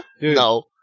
No